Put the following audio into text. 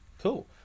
Cool